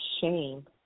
shame